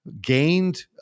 gained